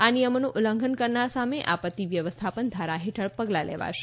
આ નિયમોનું ઉલ્લંઘન કરનાર સામે આપત્તિ વ્યવસ્થાપન ધારા હેઠળ પગલાં લેવાશે